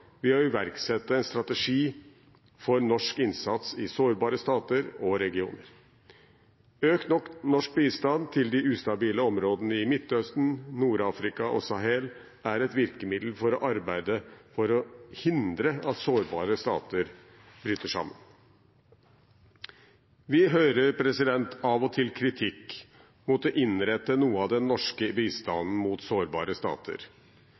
ved å iverksette en strategi for norsk innsats i sårbare stater og regioner. Økt norsk bistand til de ustabile områdene i Midtøsten, Nord-Afrika og Sahel er et virkemiddel for å arbeide for å hindre at sårbare stater bryter sammen. Vi hører av og til kritikk mot å innrette noe av den norske bistanden mot sårbare stater,